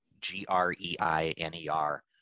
G-R-E-I-N-E-R